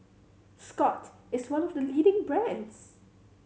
Scott's is one of the leading brands